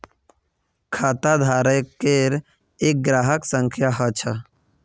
खाताधारकेर एक ग्राहक संख्या ह छ